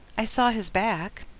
i saw his back